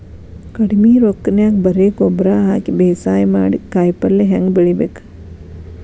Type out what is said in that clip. ಕಡಿಮಿ ರೊಕ್ಕನ್ಯಾಗ ಬರೇ ಗೊಬ್ಬರ ಹಾಕಿ ಬೇಸಾಯ ಮಾಡಿ, ಕಾಯಿಪಲ್ಯ ಹ್ಯಾಂಗ್ ಬೆಳಿಬೇಕ್?